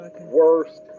worst